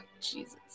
Jesus